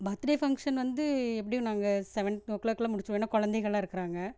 birthday function வந்து எப்படியும் நாங்கள் செவன் ஓ க்ளாக்கெலாம் முடிச்சுருவோம் ஏன்னால் கொழந்தைகள்லாம் இருக்கிறாங்க